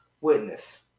witness